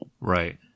right